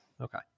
Okay